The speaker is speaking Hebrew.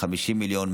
50 מיליון,